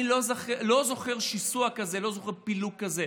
אני לא זוכר שיסוע כזה, לא זוכר פילוג כזה.